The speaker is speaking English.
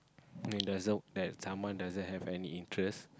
doesn't work that someone doesn't have any interest